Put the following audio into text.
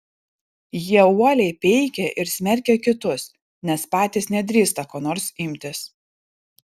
jie uoliai peikia ir smerkia kitus nes patys nedrįsta ko nors imtis